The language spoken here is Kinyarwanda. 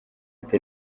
ati